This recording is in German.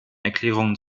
erklärungen